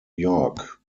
york